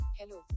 hello